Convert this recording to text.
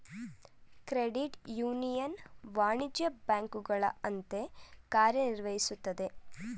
credit union ವಾಣಿಜ್ಯ ಬ್ಯಾಂಕುಗಳ ಅಂತೆ ಕಾರ್ಯ ನಿರ್ವಹಿಸುತ್ತದೆ